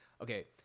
Okay